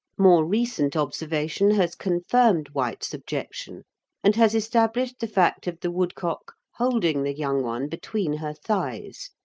more recent observation has confirmed white's objection and has established the fact of the woodcock holding the young one between her thighs,